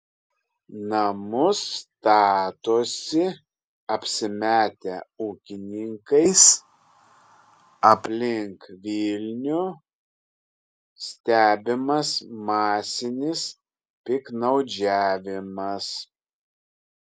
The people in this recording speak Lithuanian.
namus statosi apsimetę ūkininkais aplink vilnių stebimas masinis piktnaudžiavimas